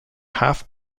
half